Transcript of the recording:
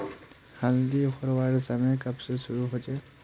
हल्दी उखरवार समय कब से शुरू होचए?